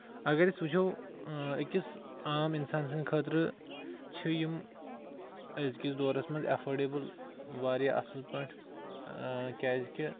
اَگر أسۍ وُچھو أکِس عام اِنسان سٕندۍ خٲطرٕ چھِ یِم أزکِس دورَس منٛز ایٚفٲرڈیبٕل واریاہ اَصٕل پٲٹھۍ کیازِ کہِ